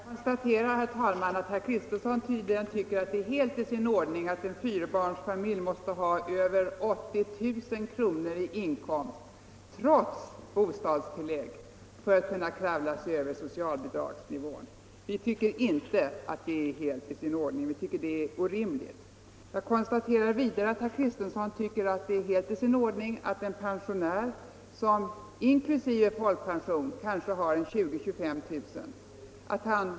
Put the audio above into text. Herr talman! Jag konstaterar att herr Kristenson tydligen tycker att det är helt i sin ordning att en fyrabarnsfamilj måste ha över 80 000 kr. i inkomst trots bostadstillägg för att kunna klara sig över socialbidragsnivån. Vi anser inte att det är helt i sin ordning utan finner det orimligt. Vidare konstaterar jag att herr Kristenson tycker att det är helt i sin ordning att en pensionär som inkl. folkpension kanske har 20 000-25 000 kr.